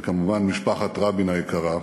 וכמובן, משפחת רבין היקרה,